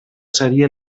seria